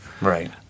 Right